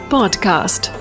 Podcast